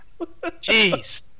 Jeez